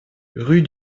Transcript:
rue